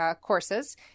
courses